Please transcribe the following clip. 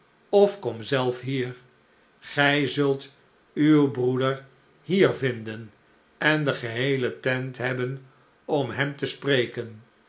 of kom zelf hier gij zult uw broeder hier vinden en de geheele tent hebben om hem te spreken